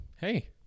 hey